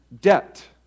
debt